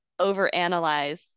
overanalyze